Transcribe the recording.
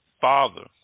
father